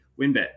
WinBet